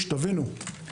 תבינו,